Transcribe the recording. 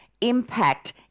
impact